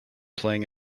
playing